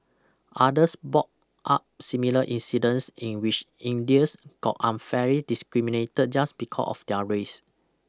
others brought up similar incidents in which Indians got unfairly discriminated just because of their race